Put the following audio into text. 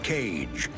Cage